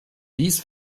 dies